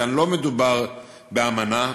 כאן לא מדובר באמנה,